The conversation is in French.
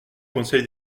conseil